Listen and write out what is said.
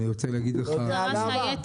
אתה יודע למה?